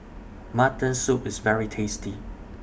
Mutton Soup IS very tasty